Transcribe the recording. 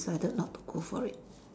decided not to go for it